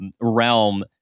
realm